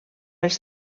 els